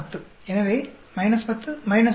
எனவே 10 52